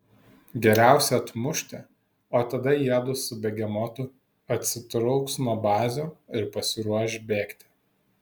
geriausia atmušti o tada jiedu su begemotu atsitrauks nuo bazių ir pasiruoš bėgti